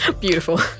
Beautiful